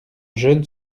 jeune